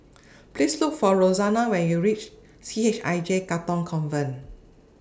Please Look For Roxana when YOU REACH C H I J Katong Convent